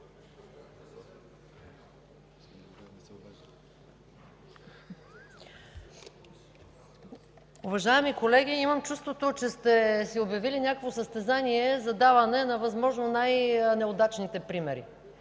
Уважаеми колеги, имам чувството, че сте си обявили някакво състезание за даване на възможно най-неудачните примери.